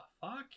fuck